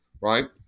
right